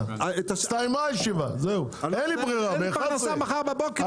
הישיבה ננעלה בשעה 10:52.